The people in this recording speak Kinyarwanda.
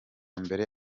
mbere